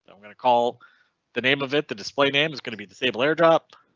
i'm going to call the name of it. the display name is going to be disable airdrop.